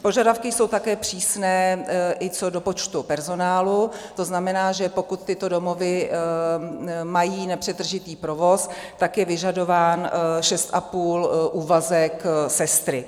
Požadavky jsou také přísné i co do počtu personálu, to znamená, že pokud tyto domovy mají nepřetržitý provoz, tak je vyžadován šest a půl úvazek sestry.